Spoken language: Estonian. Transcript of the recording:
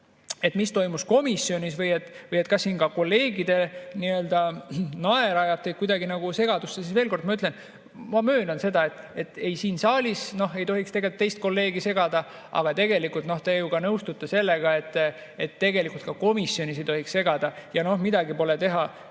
et mis toimus komisjonis või et ka siin kolleegide naer ajab kuidagi segadusse. Veel kord ma ütlen: ma möönan seda, et siin saalis ei tohiks tegelikult teist kolleegi segada, aga tegelikult te ju nõustute sellega, et tegelikult ka komisjonis ei tohiks segada. Ja midagi pole teha,